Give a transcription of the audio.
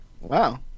Wow